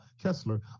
Kessler